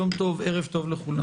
יום טוב, ערב טוב לכולם.